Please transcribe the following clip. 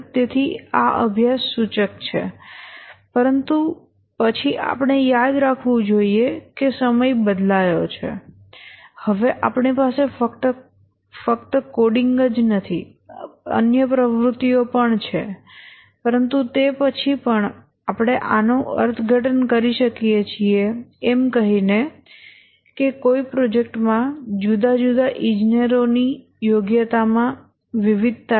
તેથી આ અભ્યાસ સૂચક છે પરંતુ પછી આપણે યાદ રાખવું જોઈએ કે સમય બદલાયો છે હવે આપણી પાસે ફક્ત કોડિંગ જ નથી પરંતુ અન્ય પ્રવૃત્તિઓ છે પરંતુ તે પછી પણ આપણે આનો અર્થઘટન કરી શકીએ છીએ એમ કહીને કે કોઈ પ્રોજેક્ટમાં જુદા જુદા ઇજનેરોની યોગ્યતામાં વિવિધતા છે